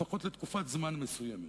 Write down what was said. לפחות לתקופת זמן מסוימת,